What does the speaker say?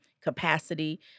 capacity